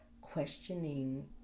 questioning